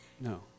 No